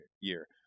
year